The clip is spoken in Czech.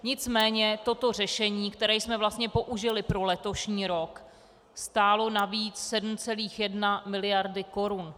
Nicméně toto řešení, které jsme vlastně použili pro letošní rok, stálo navíc 7,1 miliardy korun.